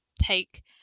take